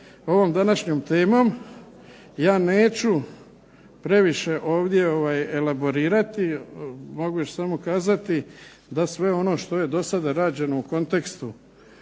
ovom današnjom temom, ja neću previše ovdje elaborirati, mogu samo kazati da sve ono što je do sada rađeno u kontekstu